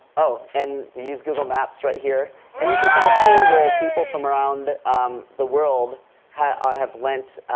oh, and we use google maps right here and you can kind of see where people from around the world have ah have lent